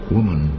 Woman